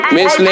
Miss